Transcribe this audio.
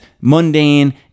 mundane